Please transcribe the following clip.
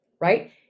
right